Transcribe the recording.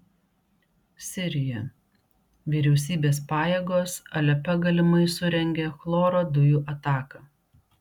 sirija vyriausybės pajėgos alepe galimai surengė chloro dujų ataką